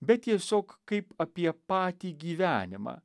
bet tiesiog kaip apie patį gyvenimą